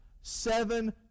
Seven